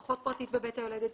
אחות פרטית בבית היולדת,